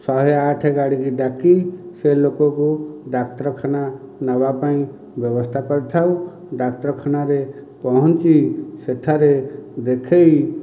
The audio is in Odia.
ଶହେଆଠ ଗାଡ଼ିକି ଡାକି ସେ ଲୋକକୁ ଡାକ୍ତରଖାନା ନେବାପାଇଁ ବ୍ୟବସ୍ଥା କରିଥାଉ ଡାକ୍ତରଖାନାରେ ପହଞ୍ଚି ସେଠାରେ ଦେଖେଇ